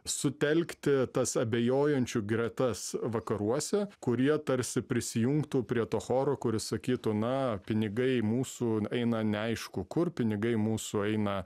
sutelkti tas abejojančių gretas vakaruose kurie tarsi prisijungtų prie to choro kuris sakytų na pinigai mūsų eina neaišku kur pinigai mūsų eina